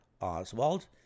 Oswald